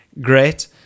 great